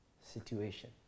situation